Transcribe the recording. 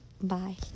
Bye